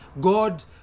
God